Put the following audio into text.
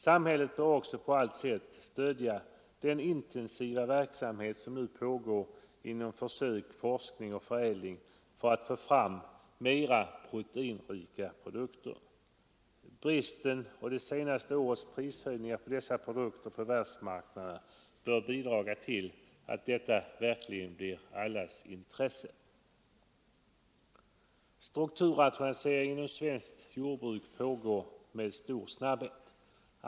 Samhället bör också på allt sätt stödja den intensiva verksamhet som nu pågår genom försök, forskning och förädling för att få fram mer proteinrika produkter. Bristen och det senaste årets prishöjningar på dessa produkter på världsmarknaden bör bidraga till att detta verkligen blir allas intresse. Strukturrationaliseringen inom svenskt jordbruk pågår med stor snabbhet.